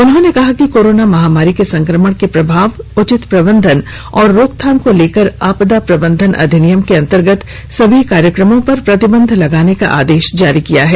उन्होंने कहा कि कोरोना महामारी के संक्रमण के प्रभाव उचित प्रबंधन एवं रोकथाम को लेकर आपदा प्रबंधन अधिनियम के अंतर्गत सभी कार्यक्रमों पर प्रतिबंध लगाने का आदेश जारी किया है